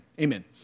Amen